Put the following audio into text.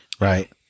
Right